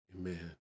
amen